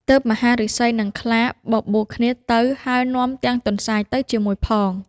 ទើបមហាឫសី និងខ្លាបបួលគ្នាទៅ ហើយនាំទាំងទន្សាយទៅជាមួយផង។